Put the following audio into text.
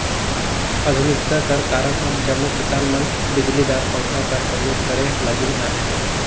आधुनिकता कर कारन अब जम्मो किसान मन बिजलीदार पंखा कर परियोग करे लगिन अहे